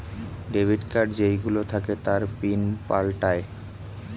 debit card যেই গুলো থাকে তার পিন পাল্টায়ে